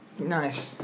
Nice